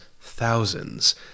thousands